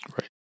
right